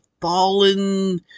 fallen